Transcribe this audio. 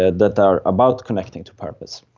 and that are about connecting to purpose.